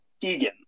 Egan